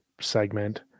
segment